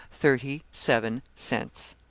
thirty seven cents.